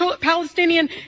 Palestinian